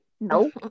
No